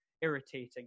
irritating